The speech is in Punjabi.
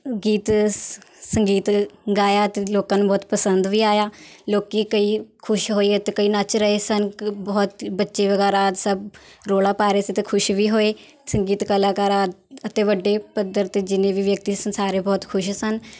ਗੀਤ ਸ ਸੰਗੀਤ ਗਾਇਆ ਅਤੇ ਲੋਕਾਂ ਨੂੰ ਬਹੁਤ ਪਸੰਦ ਵੀ ਆਇਆ ਲੋਕ ਕਈ ਖੁਸ਼ ਹੋਏ ਅਤੇ ਕਈ ਨੱਚ ਰਹੇ ਸਨ ਕ ਬਹੁਤ ਹੀ ਬੱਚੇ ਵਗੈਰਾ ਸਭ ਰੌਲਾ ਪਾ ਰਹੇ ਸੀ ਅਤੇ ਖੁਸ਼ ਵੀ ਹੋਏ ਸੰਗੀਤ ਕਲਾਕਾਰਾਂ ਅਤੇ ਵੱਡੇ ਪੱਧਰ 'ਤੇ ਜਿੰਨੇ ਵੀ ਵਿਅਕਤੀ ਸਨ ਸਾਰੇ ਬਹੁਤ ਖੁਸ਼ ਸਨ